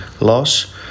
loss